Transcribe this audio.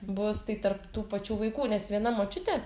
bus tai tarp tų pačių vaikų nes viena močiutė